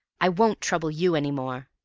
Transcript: i won't trouble you any more.